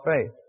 faith